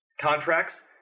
Contracts